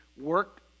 work